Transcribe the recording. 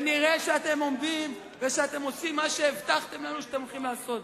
ונראה שאתם עומדים ועושים מה שהבטחתם לנו שאתם הולכים לעשות.